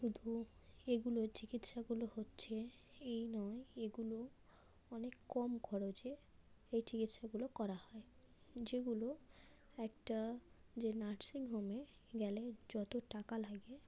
শুধু এগুলো চিকিৎসাগুলো হচ্ছে এই নয় এগুলো অনেক কম খরচে এই চিকিৎসাগুলো করা হয় যেগুলো একটা যে নার্সিং হোমে গেলে যত টাকা লাগে